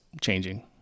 changing